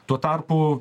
tuo tarpu